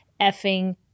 effing